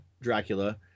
Dracula